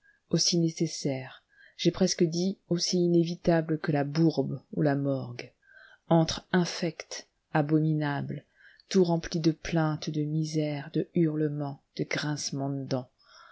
aussi nécessaire j'ai presque dit aussi inévitable que la bourbe ou la morgue antre infect abominable tout rempli de plaintes de misères de hurlements de grincements de dents